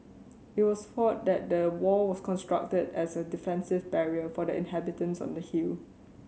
it was thought that the wall was constructed as a defensive barrier for the inhabitants on the hill